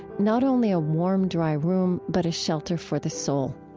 not only a warm dry room but a shelter for the soul.